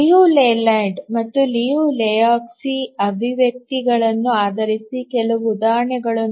Liu Layland ಮತ್ತು Liu ಲೆಹೋಜ್ಕಿಯ ಅಭಿವ್ಯಕ್ತಿLiu Lehoczky's expressionsಗಳನ್ನು ಆಧರಿಸಿದ ಕೆಲವು ಉದಾಹರಣೆಗಳು